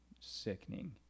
sickening